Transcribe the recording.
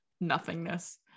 nothingness